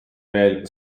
veel